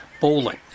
bowling